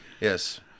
Yes